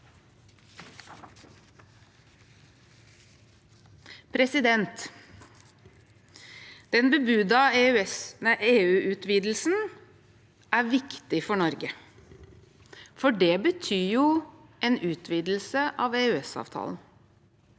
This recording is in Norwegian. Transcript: i Norge. Den bebudede EU-utvidelsen er viktig for Norge, for det betyr jo en utvidelse av EØS-avtalen